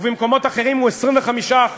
ובמקומות אחרים, הוא 25%,